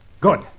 Good